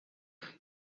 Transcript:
ein